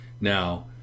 Now